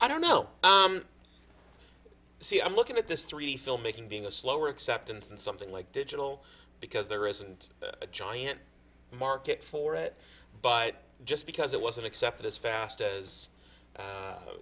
i don't know see i'm looking at this three filmmaking being a slower acceptance and something like digital because there isn't a giant market for it but just because it wasn't accepted as fast as